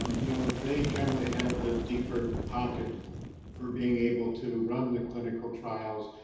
um you know, they generally have the deeper pockets for being able to run the clinical trials,